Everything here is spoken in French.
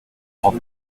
trente